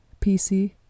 PC